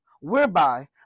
whereby